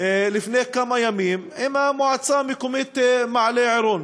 לפני כמה ימים עם המועצה המקומית מעלה-עירון,